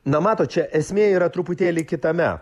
na matot čia esmė yra truputėlį kitame